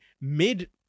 mid